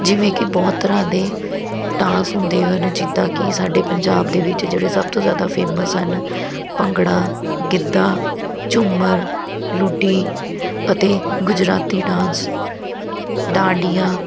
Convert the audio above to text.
ਜਿਵੇਂ ਕਿ ਬਹੁਤ ਤਰ੍ਹਾਂ ਦੇ ਡਾਂਸ ਹੁੰਦੇ ਹਨ ਜਿੱਦਾਂ ਕਿ ਸਾਡੇ ਪੰਜਾਬ ਦੇ ਵਿੱਚ ਜਿਹੜੇ ਸਭ ਤੋਂ ਜ਼ਿਆਦਾ ਫੇਮੱਸ ਹਨ ਭੰਗੜਾ ਗਿੱਧਾ ਝੂੰਮਰ ਲੁੱਡੀ ਅਤੇ ਗੁਜਰਾਤੀ ਡਾਂਸ ਡਾਂਡੀਆਂ